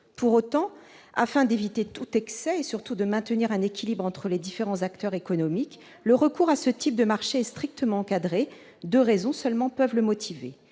Pour autant, afin d'éviter tout excès, et surtout de maintenir un équilibre entre les différents acteurs économiques, le recours à ce type de marché est strictement encadré, seules deux raisons pouvant le motiver.